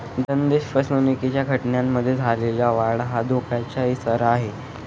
धनादेश फसवणुकीच्या घटनांमध्ये झालेली वाढ हा धोक्याचा इशारा आहे